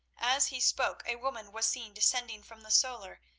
as he spoke a woman was seen descending from the solar,